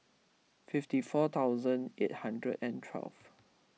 fifty four thousand eight hundred and twelve